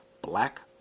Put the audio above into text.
black